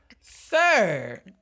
sir